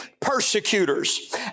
persecutors